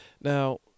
now